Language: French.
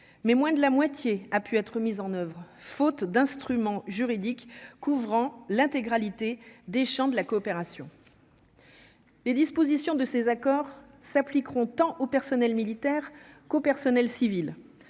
mais moins de la moitié, a pu être mis en oeuvre faute d'instruments juridiques couvrant l'intégralité des champs de la coopération. Les dispositions de ces accords s'appliqueront tant au personnel militaire qu'aux personnels civils,